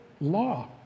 law